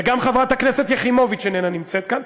וגם חברת הכנסת יחימוביץ איננה נמצאת כאן,